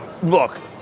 Look